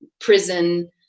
prison